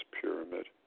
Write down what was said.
pyramid